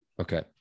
okay